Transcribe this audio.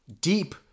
deep